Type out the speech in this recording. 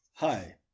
Hi